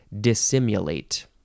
dissimulate